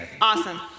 Awesome